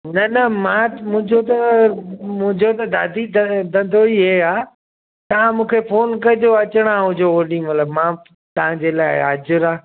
न न मां मुंहिंजो त मुंहिंजो त दादी ज धंधो ई इहे आहे तव्हां मूंखे फोन कॼो अचणा हुजो ओॾी महिल मां तव्हांजे लाइ हाज़िर आहे